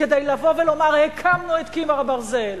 כדי לבוא ולומר: הקמנו את קיר הברזל,